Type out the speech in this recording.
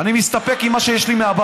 אני מסתפק עם מה שיש לי מהבית.